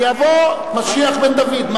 יבוא משיח בן דוד.